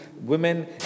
women